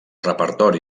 repertori